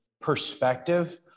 perspective